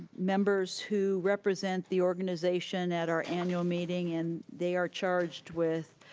members who represent the organization at our annual meeting and they are charged with